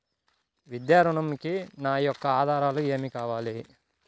విద్యా ఋణంకి నా యొక్క ఆధారాలు ఏమి కావాలి?